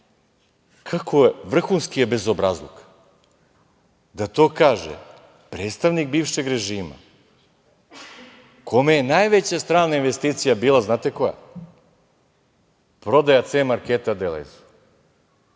Ali, vrhunski je bezobrazluk da to kaže predstavnik bivšeg režima kome je najveća strana investicija bila znate koja? Prodaja „C marketa“ „Delezu“.